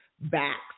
backs